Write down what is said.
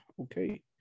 Okay